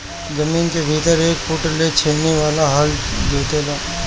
जमीन के भीतर एक फुट ले छेनी वाला हल जोते ला